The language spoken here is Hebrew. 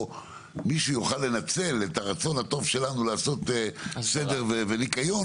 מישהו יוכל לנצל את הרצון הטוב שלנו לעשות סדר וניקיון,